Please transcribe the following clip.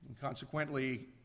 Consequently